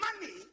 money